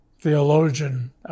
theologian